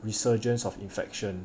resurgence of infection